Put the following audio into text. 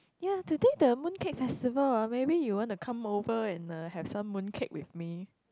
ya today the Mooncake Festival ah maybe you wanna come over and uh have some mooncake with me